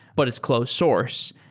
but it's closed source.